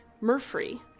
Murphy